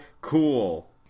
cool